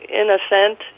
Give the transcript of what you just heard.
innocent